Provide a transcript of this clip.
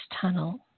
tunnel